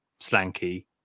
Slanky